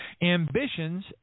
ambitions